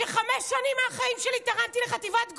שחמש שנים מהחיים שלי תרמתי לחטיבת גולני?